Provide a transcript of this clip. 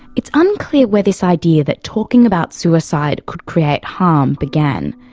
it's unclear where this idea that talking about suicide could create harm began,